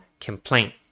complaint